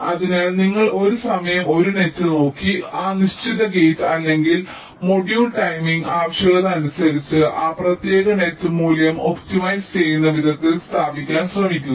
അതിനാൽ നിങ്ങൾ ഒരു സമയം ഒരു നെറ്റ് നോക്കി ആ നിശ്ചിത ഗേറ്റ് അല്ലെങ്കിൽ മൊഡ്യൂൾ ടൈമിംഗ് ആവശ്യകത അനുസരിച്ച് ആ പ്രത്യേക നെറ്റ് മൂല്യം ഒപ്റ്റിമൈസ് ചെയ്യുന്ന വിധത്തിൽ സ്ഥാപിക്കാൻ ശ്രമിക്കുക